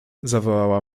zawołała